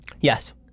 Yes